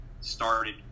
started